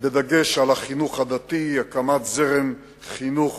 בדגש על החינוך הדתי והקמת זרם חינוך